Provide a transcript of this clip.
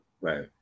Right